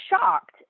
shocked